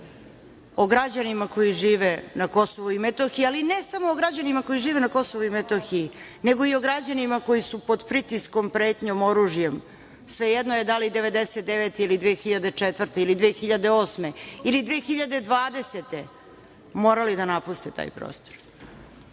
o građanima koji žive na Kosovu i Metohiji, ali ne samo o građanima koji žive na Kosovu i Metohiji nego i o građanima koji su pod pritiskom, pretnjom oružjem, svejedno je da li 1999. godine ili 2004. godine ili 2008. godine ili 2020. godine morali da napuste taj prostor,